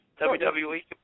WWE